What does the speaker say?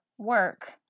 work